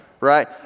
Right